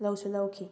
ꯂꯧꯁꯨ ꯂꯧꯈꯤ